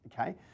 okay